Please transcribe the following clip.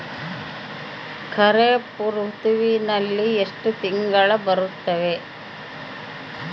ಖಾರೇಫ್ ಋತುವಿನಲ್ಲಿ ಎಷ್ಟು ತಿಂಗಳು ಬರುತ್ತವೆ?